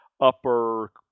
upper